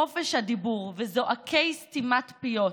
חופש הדיבור וזועקי סתימת פיות,